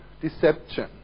deception